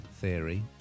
Theory